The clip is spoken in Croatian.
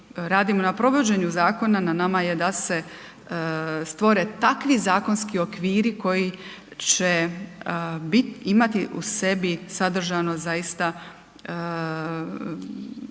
na provođenju Zakona, na nama je da se stvore takvi zakonski okviri koji će bit, imati u sebi sadržano zaista sve